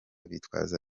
bitwaza